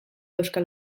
euskal